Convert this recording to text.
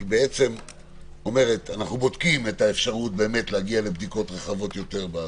אנחנו בודקים את האפשרות להגיע לבדיקות רחבות יותר,